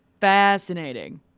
fascinating